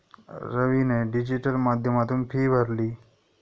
रवीने डिजिटल माध्यमातून फी भरली